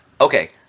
Okay